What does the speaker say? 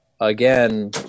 again